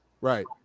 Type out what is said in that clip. Right